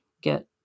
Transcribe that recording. get